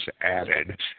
added